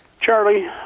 Charlie